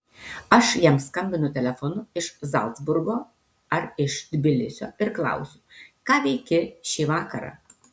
aš jam skambinu telefonu iš zalcburgo ar iš tbilisio ir klausiu ką veiki šį vakarą